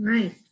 Right